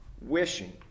wishing